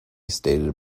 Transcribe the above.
stated